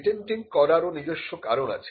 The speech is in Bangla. পেটেন্টিং করার ও নিজস্ব কারণ আছে